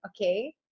okay